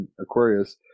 Aquarius